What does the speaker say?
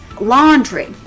Laundry